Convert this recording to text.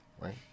right